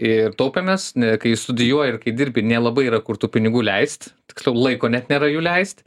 ir taupėmės ne kai studijuoji ir kai dirbi nelabai yra kur tų pinigų leist tiksliau laiko net nėra jų leist